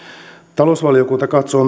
talousvaliokunta katsoo